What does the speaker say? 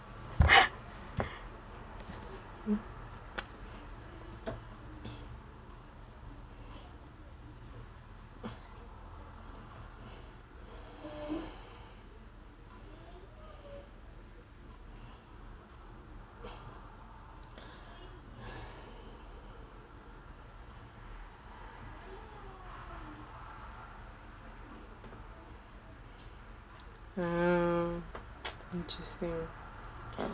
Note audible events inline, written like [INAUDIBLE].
[BREATH] uh interesting